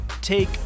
take